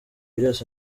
byose